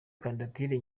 kandidatire